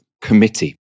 Committee